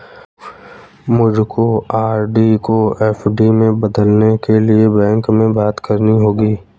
मुझको आर.डी को एफ.डी में बदलने के लिए बैंक में बात करनी होगी